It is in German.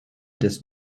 des